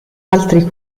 altri